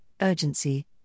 urgency